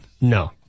No